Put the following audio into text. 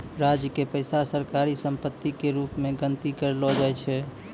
राज्य के पैसा सरकारी सम्पत्ति के रूप मे गनती करलो जाय छै